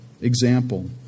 Example